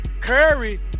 Curry